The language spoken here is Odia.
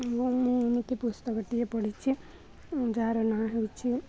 ଏବଂ ମୁଁ ଏମିତିି ପୁସ୍ତକଟିିକଏେ ପଢ଼ିଛିି ଯାହାର ନାଁ ହେଉଛିି